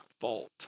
fault